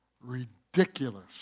Ridiculous